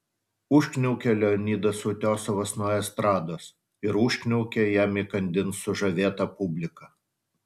užkniaukė leonidas utiosovas nuo estrados ir užkniaukė jam įkandin sužavėta publika